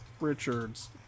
Richards